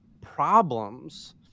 problems